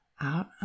out